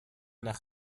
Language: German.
nach